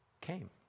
came